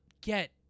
get